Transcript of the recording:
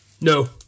no